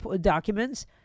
documents